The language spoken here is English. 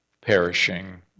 perishing